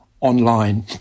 online